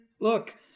look